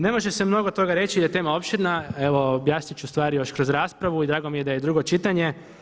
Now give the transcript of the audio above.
Ne može mnogo toga reći da je tema opširna, evo objasniti ću stvari još kroz raspravu i drago mi je da je drugo čitanje.